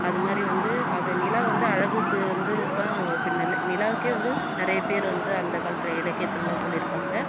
அதுமாதிரி வந்து அது நிலா வந்து அழகுக்கு வந்து தான் ஒப்பிட் நில்ல நிலவுக்கே வந்து நிறைய பேரு வந்து அந்த காலத்தில் இலக்கியத்திலலா சொல்லியிருப்பாங்க